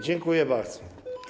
Dziękuję bardzo.